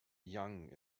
young